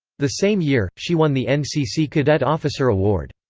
the same year, she won the ncc cadet officer award.